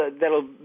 that'll